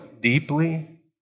deeply